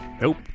Nope